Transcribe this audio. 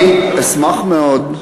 אני אשמח מאוד.